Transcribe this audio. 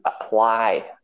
apply